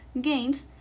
games